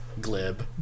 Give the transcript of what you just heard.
Glib